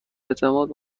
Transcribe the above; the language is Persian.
اعتماد